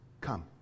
come